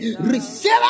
Receive